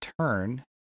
turn